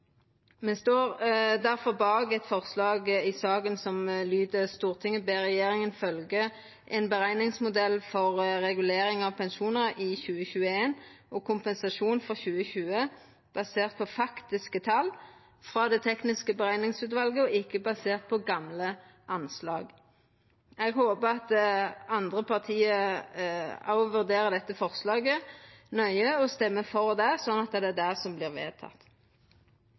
står difor bak eit forslag i saka som lyder: «Stortinget ber regjeringen følge en beregningsmetode for regulering av pensjoner i 2021 og kompensasjon for 2020 basert på faktiske tall fra Det teknisk beregningsutvalg for inntektsoppgjørene og ikke basert på gamle anslag.» Eg håpar andre parti òg vurderer dette forslaget nøye og stemmer for det, sånn at det er det som